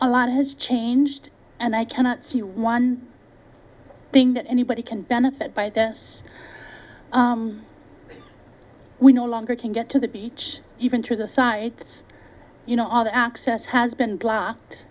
a lot has changed and i cannot see one thing that anybody can benefit by this we no longer can get to the beach even to the side you know all the access has been blocked